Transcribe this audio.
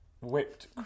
Whipped